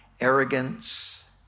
arrogance